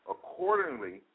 Accordingly